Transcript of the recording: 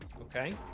Okay